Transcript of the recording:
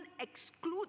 exclude